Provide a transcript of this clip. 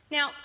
Now